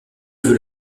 veut